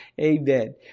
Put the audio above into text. Amen